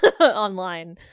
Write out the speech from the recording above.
online